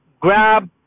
grab